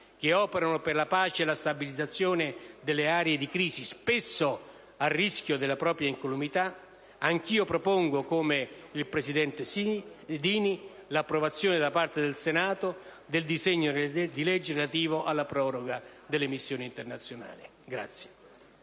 che operano per la pace e la stabilizzazione delle aree di crisi, spesso a rischio della propria incolumità, anch'io propongo come il presidente Dini, l'approvazione da parte del Senato del provvedimento relativo alla proroga delle missioni internazionali.